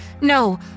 no